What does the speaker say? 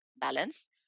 balance